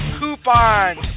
Coupons